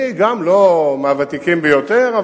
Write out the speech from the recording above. אני גם לא מהוותיקים ביותר,